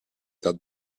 that